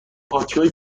پادشاهی